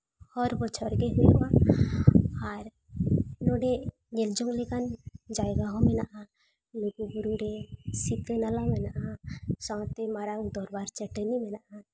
ᱦᱟᱨ ᱵᱚᱪᱷᱚᱨ ᱜᱮ ᱦᱩᱭᱩᱜᱼᱟ ᱟᱨ ᱱᱚᱰᱮ ᱧᱮᱞ ᱡᱚᱝ ᱞᱮᱠᱟᱱ ᱡᱟᱭᱜᱟ ᱦᱚᱸ ᱢᱮᱱᱟᱜᱼᱟ ᱞᱩᱜᱩᱼᱵᱳᱨᱳ ᱨᱮ ᱥᱤᱛᱟᱹᱱᱟᱞᱟ ᱢᱮᱱᱟᱜᱼᱟ ᱥᱟᱶᱛᱮ ᱢᱟᱨᱟᱝ ᱫᱚᱨᱵᱟᱨ ᱪᱟᱹᱴᱟᱹᱱᱤ ᱢᱮᱱᱟᱜᱼᱟ